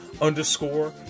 underscore